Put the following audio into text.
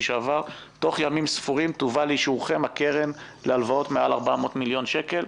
שעבר תובא לאישורכם הקרן להלוואות מעל 400 מיליון שקל.